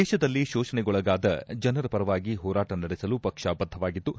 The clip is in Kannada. ದೇಶದಲ್ಲಿ ಶೋಷಣೆಗೊಳಗಾದ ಜನರ ಪರವಾಗಿ ಹೋರಾಟ ನಡೆಸಲು ಪಕ್ಷ ಬದ್ಧವಾಗಿದ್ದು